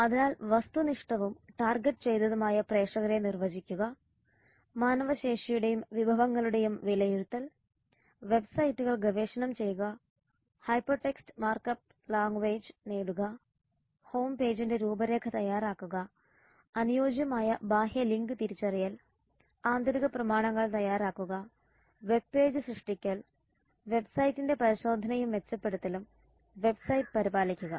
അതിനാൽ വസ്തുനിഷ്ഠവും ടാർഗെറ്റ് ചെയ്തതുമായ പ്രേക്ഷകരെ നിർവചിക്കുക മാനവശേഷിയുടെയും വിഭവങ്ങളുടെയും വിലയിരുത്തൽ വെബ് സൈറ്റുകൾ ഗവേഷണം ചെയ്യുക hyper text markup language HTML നേടുക ഹോം പേജിന്റെ രൂപരേഖ തയ്യാറാക്കുക അനുയോജ്യമായ ബാഹ്യ ലിങ്ക് തിരിച്ചറിയൽ ആന്തരിക പ്രമാണങ്ങൾ തയ്യാറാക്കുക വെബ് പേജ് സൃഷ്ടിക്കൽ വെബ്സൈറ്റിന്റെ പരിശോധനയും മെച്ചപ്പെടുത്തലും വെബ്സൈറ്റ് പരിപാലിക്കുക